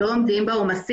לא עומדים בעומס.